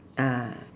ah